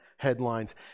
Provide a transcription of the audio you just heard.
headlines